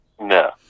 No